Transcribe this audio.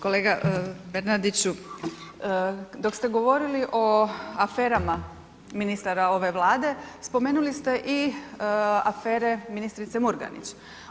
Kolega Bernardiću, dok ste govorili o aferama ministara ove Vlade, spomenuli ste i afere ministrice Murganić.